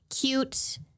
cute